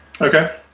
Okay